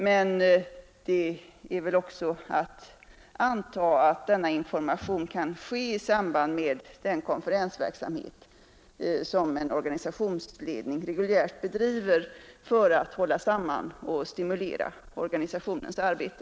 Men det är väl också att anta att denna information kan ske i samband med den konferensverksamhet som en organisationsledning reguljärt bedriver för att hålla samman och stimulera organisationens arbete.